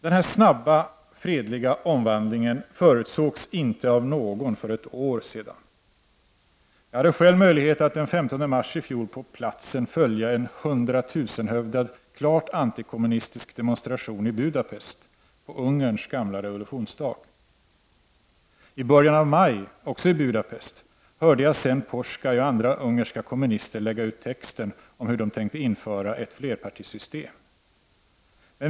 Den här snabba fredliga omvandlingen förutsågs inte av någon för ett år sedan. Jag hade själv möjlighet att den 15 mars i fjol på platsen följa en hundratusenhövdad klart antikommunistisk demonstration i Budapest på Ungerns gamla revolutionsdag. I början av maj, också i Budapest, hörde jag se dan Posgay och andra ungerska kommunister lägga ut texten om hur de tänkte införa ett flerpartisystem.